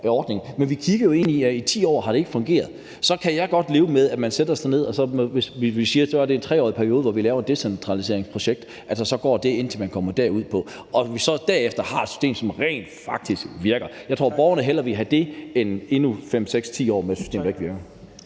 ordning. Men vi kigger jo ind i, at det ikke har fungeret i 10 år. Så kan jeg godt leve med, at vi siger, at vi over en 3-årig periode laver et decentraliseringensprojekt, og at der må gå den tid, indtil man er fremme, og at vi så derefter har et system, som rent faktisk virker. Jeg tror, at borgerne hellere vil have det end endnu 5-10 år med et system, der ikke virker.